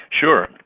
Sure